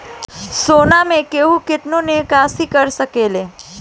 सोना मे केहू केतनो निवेस कर सकेले